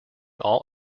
all